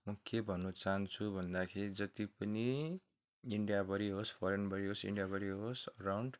म के भन्नु चाहन्छु भन्दाखेरि जति पनि इन्डियाभरि होस् फरेनभरि होस् इन्डियाभरि होस् अराउन्ड